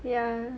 ya